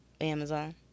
Amazon